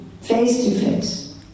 face-to-face